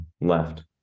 left